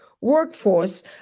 workforce